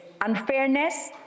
unfairness